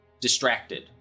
distracted